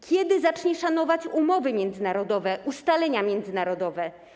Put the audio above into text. Kiedy zacznie szanować umowy międzynarodowe, ustalenia międzynarodowe?